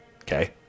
Okay